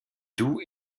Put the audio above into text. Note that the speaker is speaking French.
doux